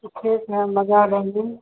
जो है हम लगा देंगे